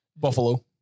Buffalo